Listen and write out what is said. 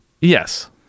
Yes